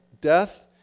death